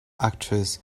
actress